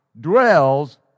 dwells